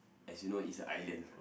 as you know is a island